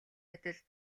адил